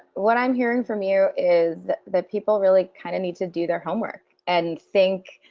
what i'm hearing from you is that people really kind of need to do their homework and think,